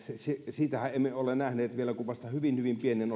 siitähän emme ole nähneet vielä kuin vasta hyvin hyvin pienen